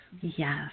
yes